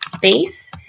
base